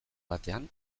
batean